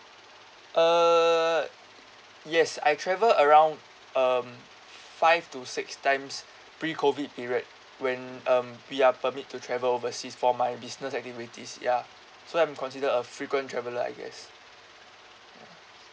uh yes I travel around um five to six times pre COVID period when um we are permit to travel overseas for my business activities ya so I'm consider a frequent traveller I guess